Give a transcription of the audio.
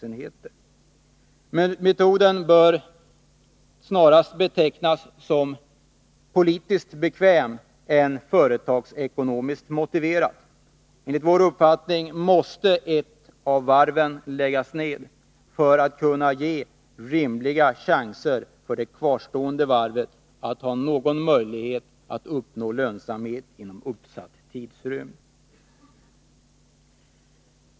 Men den metoden bör snarast betecknas som politiskt mindre bekväm än som företagsekonomiskt motiverad. Enligt vår uppfattning måste ett av de bägge varven läggas ned för att kunna ge de kvarvarande varven rimliga chanser att ha någon möjlighet att nå lönsamhet inom utsatt tidrymd.